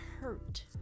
hurt